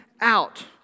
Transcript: out